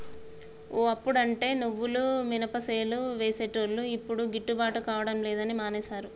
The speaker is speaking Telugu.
ఓ అప్పుడంటే నువ్వులు మినపసేలు వేసేటోళ్లు యిప్పుడు గిట్టుబాటు కాడం లేదని మానేశారు